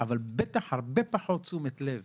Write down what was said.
אבל בטח הרבה פחות תשומת לב